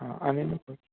अनेन